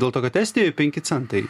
dėl to kad estijoj penki centai